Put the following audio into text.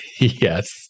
yes